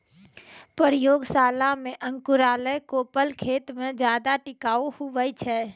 प्रयोगशाला मे अंकुराएल कोपल खेत मे ज्यादा टिकाऊ हुवै छै